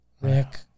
Rick